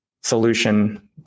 solution